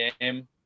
game